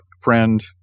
friend